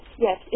yes